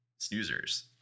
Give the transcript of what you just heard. snoozers